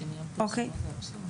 אוקיי.